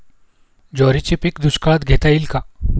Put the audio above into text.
ज्वारीचे पीक दुष्काळात घेता येईल का?